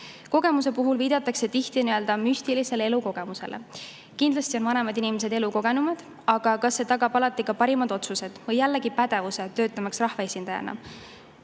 Kogemuse puhul viidatakse tihti müstilisele elukogemusele. Kindlasti on vanemad inimesed elukogenumad, aga kas see tagab alati parimad otsused või jällegi pädevuse, töötamaks rahvaesindajana?